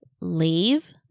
leave